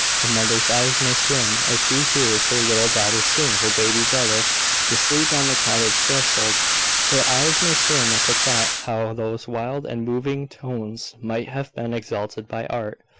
the mother's eyes may swim as she hears her little daughter sing her baby brother to sleep on the cottage threshold her eyes may swim at the thought how those wild and moving tones might have been exalted by art.